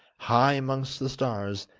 high amongst the stars,